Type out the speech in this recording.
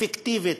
אפקטיבית,